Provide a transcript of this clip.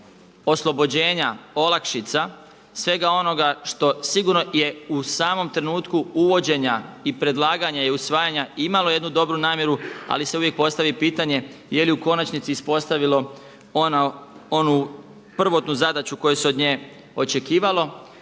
oslobođenja, olakšica, svega onoga što sigurno je u samom trenutku uvođenja i predlaganja i usvajanja imalo jednu dobru namjeru ali se uvijek postavi pitanje je li u konačnici uspostavilo onu prvotnu zadaću koja se od nje očekivala.